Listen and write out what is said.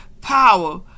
power